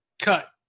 cut